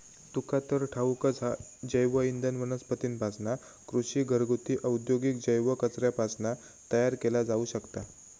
तुका तर ठाऊकच हा, जैवइंधन वनस्पतींपासना, कृषी, घरगुती, औद्योगिक जैव कचऱ्यापासना तयार केला जाऊ शकता